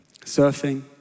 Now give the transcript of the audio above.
surfing